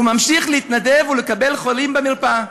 הוא ממשיך להתנדב ולקבל חולים במרפאה.